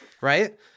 Right